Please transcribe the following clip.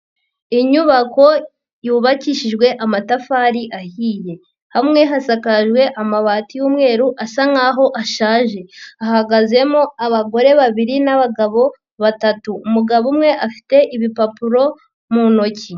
Inyubako yubakishijwe amatafari ahiye, hamwe hasakarijwe amabati y'umweru asa nk'aho ashaje, hahagazemo abagore babiri n'abagabo batatu, umugabo umwe afite ibipapuro mu ntoki.